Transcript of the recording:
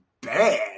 bad